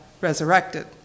resurrected